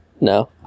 No